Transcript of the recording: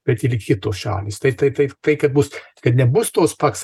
bet ir kitos šalys tai tai tai kai kad bus kad nebus tos paks